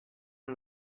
man